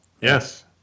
Yes